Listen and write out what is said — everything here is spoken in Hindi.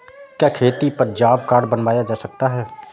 क्या खेती पर जॉब कार्ड बनवाया जा सकता है?